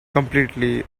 completely